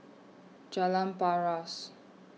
Jalan Paras